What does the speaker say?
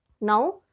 Now